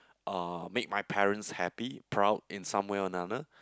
uh make my parents happy proud in some way or another